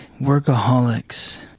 workaholics